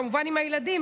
כמובן עם הילדים,